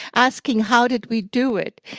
asking how did we do it.